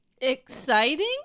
exciting